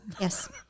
Yes